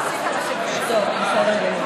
בסדר גמור.